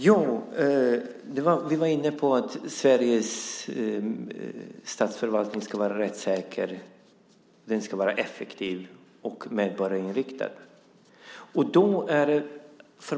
Fru talman! Vi var inne på att Sveriges statsförvaltning ska vara rättssäker, effektiv och medborgarinriktad.